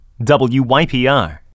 WYPR